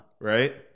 right